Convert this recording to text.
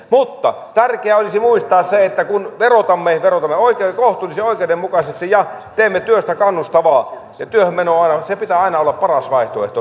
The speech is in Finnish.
mutta tärkeää olisi muistaa se että kun verotamme verotamme oikein ja kohtuullisen oikeudenmukaisesti ja teemme työstä kannustavaa ja työhön menon pitää aina olla paras vaihtoehto